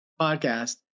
podcast